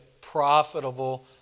profitable